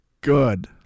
good